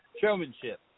showmanship